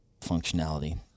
functionality